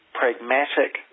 pragmatic